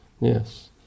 yes